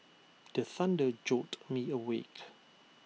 the thunder jolt me awake